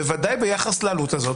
בוודאי ביחס לעלות הזאת